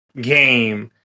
game